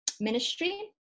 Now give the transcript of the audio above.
ministry